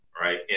right